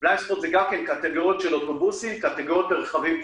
לא צריך להוסיף לזה דרמה כי זה בתוכו כבר כולל הכול,